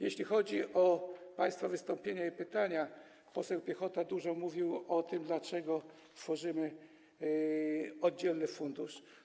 Jeśli chodzi o państwa wystąpienia i pytania, to poseł Piechota dużo mówił o tym, dlaczego tworzymy oddzielny fundusz.